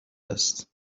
است